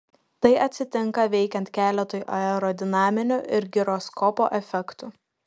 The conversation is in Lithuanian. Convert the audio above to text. tai atsitinka veikiant keletui aerodinaminių ir giroskopo efektų